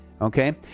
okay